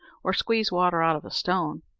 or squeeze water out of a stone.